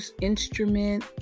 instrument